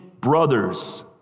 brothers